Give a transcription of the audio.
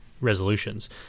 resolutions